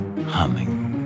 humming